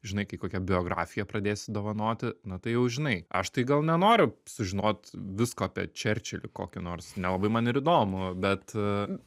žinai kai kokią biografiją pradėsi dovanoti na tai jau žinai aš tai gal nenoriu sužinot visko apie čerčilį kokį nors nelabai man ir įdomu bet